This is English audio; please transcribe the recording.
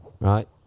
Right